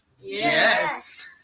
Yes